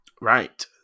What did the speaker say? Right